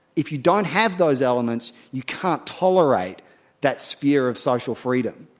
if you don't have those elements you can't tolerate that sphere of social freedom.